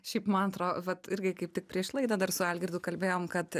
šiaip man atrodo vat irgi kaip tik prieš laidą dar su algirdu kalbėjom kad